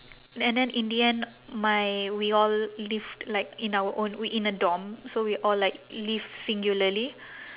and then in the end my we all lived like in our own in a dorm so we all like live singularly